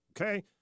Okay